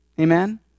Amen